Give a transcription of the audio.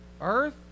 earth